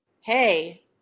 Hey